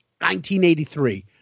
1983